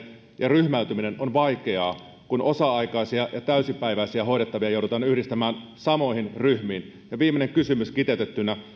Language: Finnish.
ja ryhmäytyminen on vaikeaa kun osa aikaisia ja täysipäiväisiä hoidettavia joudutaan yhdistämään samoihin ryhmiin viimeinen kysymys kiteytettynä